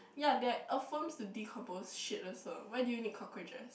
ya there're earthworms to decompose shit also why do you need cockroaches